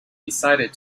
decided